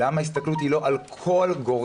למה ההסתכלות היא לא על כל גורם,